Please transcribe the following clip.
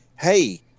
Hey